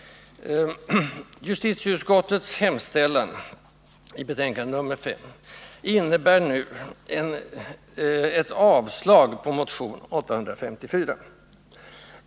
Justitieutskottets hemställan i betänkande nr 5 innebär avslag på motionen 854.